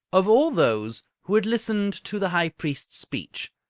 of all those who had listened to the high priest's speech,